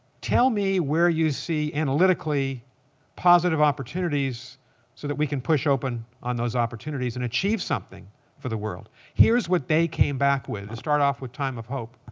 tell me where you see analytically positive opportunities so that we can push open on those opportunities and achieve something for the world. here's what they came back with to start off with time of hope.